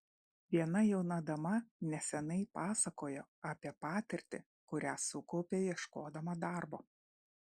viena jauna dama neseniai pasakojo apie patirtį kurią sukaupė ieškodama darbo